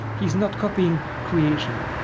he is not copying creation,